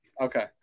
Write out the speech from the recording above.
Okay